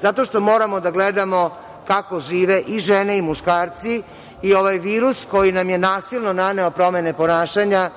Zato što moramo da gledamo kako žive i žene i muškarci i ovaj virus koji nam je nasilno naneo promene ponašanja